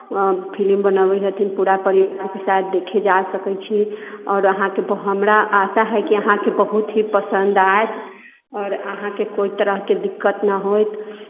film बनबै हथिन पूरा परिवारके साथ देखय जा सकै छी आओर अहाँके हमरा आशा हइ कि अहाँकेँ बहुत ही पसन्द आयत आओर अहाँकेँ कोइ तरहके दिक्कत नहि होयत